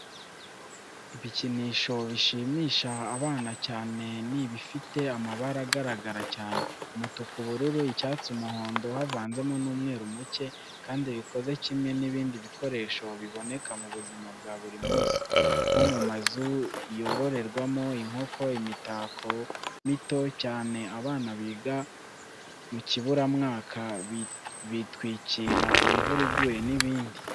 Ibikinisho bishimisha abana cyane ni ibifite amabara agaragara cyane: umutuku, ubururu, icyatsi, umuhondo havanzemo n'umweru muke, kandi bikoze kimwe n'ibindi bikoresho biboneka mu buzima bwa buri munsi, nko mu mazu yororerwamo inkoko, imitako mito cyane abana biga mu kiburamwaka bitwikira imvura iguye n'ibindi.